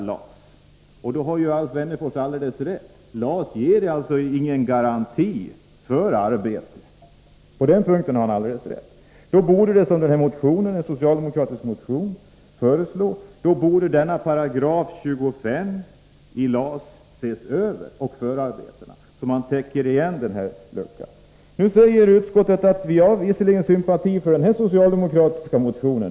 Alf Wennerfors har därför alldeles rätt — LAS ger ingen garanti för arbete. I den socialdemokratiska motionen 661 föreslås att paragraf 25 i LAS som reglerar företrädesrätten till återanställning, skall ses över, så att denna lucka täpps igen. Utskottet säger sig hysa sympati för den här socialdemokratiska motionen.